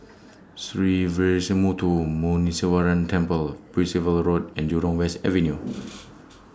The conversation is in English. Sree Veeramuthu Muneeswaran Temple Percival Road and Jurong West Avenue